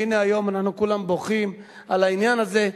והנה היום אנחנו כולם בוכים על העניין הזה,